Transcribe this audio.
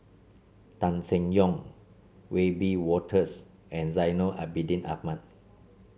Tan Seng Yong Wiebe Wolters and Zainal Abidin Ahmad